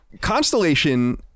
constellation